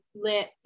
lit